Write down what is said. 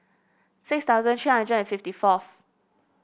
six thousand three hundred and fifty fourth